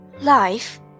Life